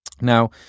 Now